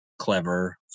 clever